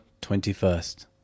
twenty-first